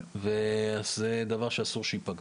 וזה דבר שאסור שייפגע.